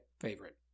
favorite